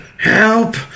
Help